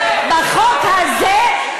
בחוק הזה,